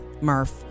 Murph